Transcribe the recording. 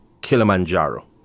Kilimanjaro